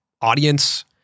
audience